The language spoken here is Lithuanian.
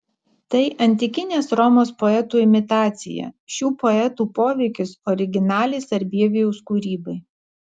tai antikinės romos poetų imitacija šių poetų poveikis originaliai sarbievijaus kūrybai